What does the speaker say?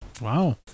Wow